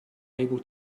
able